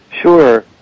Sure